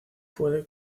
puede